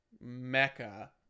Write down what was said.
mecca